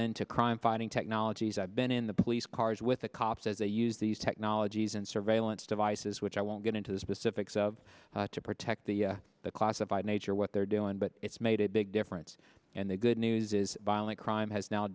into crime fighting technologies i've been in the police cars with the cops as they use these technologies and surveillance devices which i won't get into the specifics of to protect the classified nature what they're doing but it's made a big difference and the good news is violent crime has now